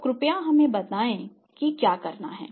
तो कृपया हमें बताएं कि क्या करना है